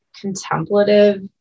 contemplative